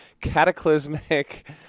cataclysmic